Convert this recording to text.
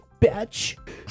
bitch